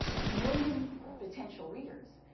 a million potential readers,